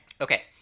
Okay